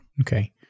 Okay